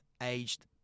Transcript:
aged